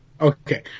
Okay